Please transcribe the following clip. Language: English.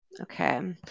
Okay